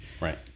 Right